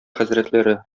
хәзрәтләре